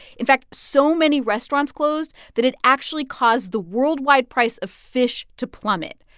in fact, so many restaurants closed that it actually caused the worldwide price of fish to plummet.